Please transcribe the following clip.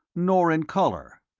nor in colour,